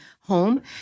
home